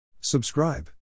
Subscribe